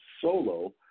solo